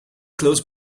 close